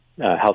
Health